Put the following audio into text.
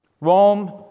Rome